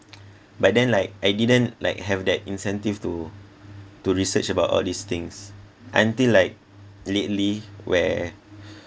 but then like I didn't like have that incentive to to research about all these things until like lately where